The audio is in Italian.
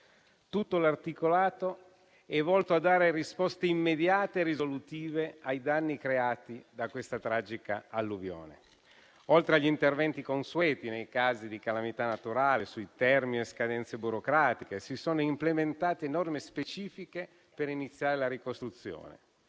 Tutto l'articolato è volto a dare risposte immediate e risolutive ai danni creati dalla tragica alluvione. Oltre agli interventi consueti nei casi di calamità naturale su termini e scadenze burocratiche, si sono implementate norme specifiche per iniziare la ricostruzione.